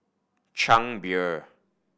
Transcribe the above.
Chang Beer